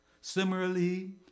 Similarly